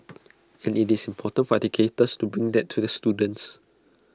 and IT is important for educators to bring that to the students